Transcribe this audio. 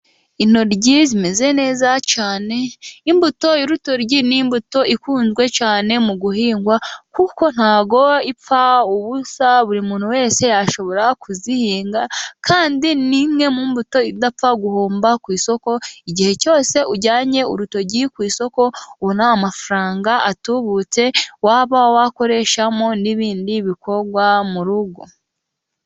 Intoryi zimeze neza cyane. Imbuto y'urutoryi ni imbuto ikunzwe cyane mu guhingwa, kuko nta bwo ipfa ubusa. Buri muntu wese ashobora kuzihinga, kandi ni imwe mu mbuto idapfa guhomba ku isoko. Igihe cyose ujyanye urutoryi ku isoko ubona amafaranga atubutse, waba wakoreshamo n'ibindi bikorwa mu rugo.